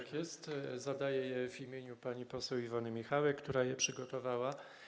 Tak jest, zadaję je w imieniu pani poseł Iwony Michałek, która je przygotowała.